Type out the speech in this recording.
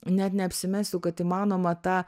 net neapsimesiu kad įmanoma tą